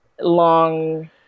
Long